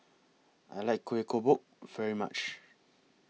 I like Kueh Kodok very much